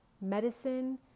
medicine